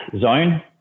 zone